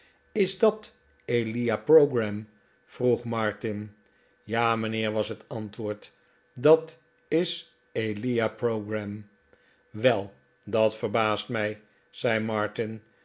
is dat elia pogram vroeg martin ja mijnheer was het antwoord dat is elia pogram wel dat verbaast mij zei martin